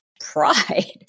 pride